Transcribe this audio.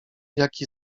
jaki